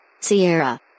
Sierra